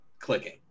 clicking